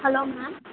hello ma'am